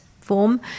form